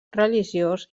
religiós